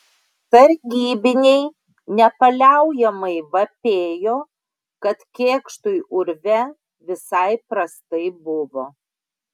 sargybiniai nepaliaujamai vapėjo kad kėkštui urve visai prastai buvo